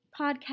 podcast